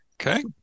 okay